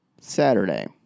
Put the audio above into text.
Saturday